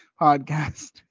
podcast